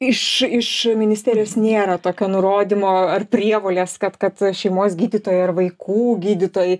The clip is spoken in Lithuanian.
iš iš ministerijos nėra tokio nurodymo ar prievolės kad kad šeimos gydytojai ar vaikų gydytojai